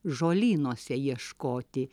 žolynuose ieškoti